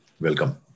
Welcome